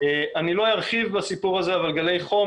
אני לא ארחיב בסיפור הזה אבל גלי חום,